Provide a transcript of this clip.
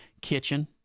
kitchen